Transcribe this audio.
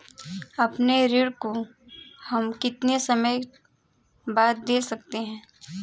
अपने ऋण को हम कितने समय बाद दे सकते हैं?